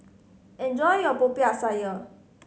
enjoy your Popiah Sayur